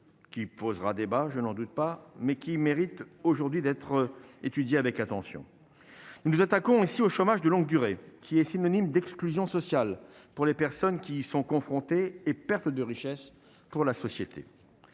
qui posera débat je n'en doute pas, mais qui méritent aujourd'hui d'être étudié avec attention, nous nous attaquons ici au chômage de longue durée qui est synonyme d'exclusion sociale pour les personnes qui sont confrontés et pertes de richesse pour la société